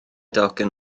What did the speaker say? docyn